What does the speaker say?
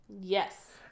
Yes